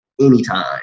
anytime